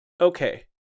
Okay